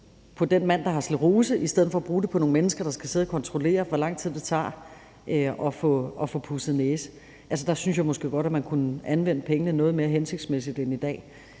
på den mand, der har sklerose, i stedet for bruge det på nogle mennesker, der skal sidde og kontrollere, hvor lang tid det tager at få pudset næse. Der synes jeg måske godt, at man kunne anvende pengene noget mere hensigtsmæssigt end i dag.